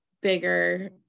bigger